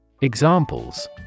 Examples